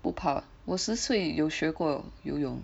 不怕我十岁有学过游泳